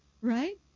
right